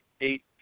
eight